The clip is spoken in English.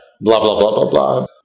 blah-blah-blah-blah-blah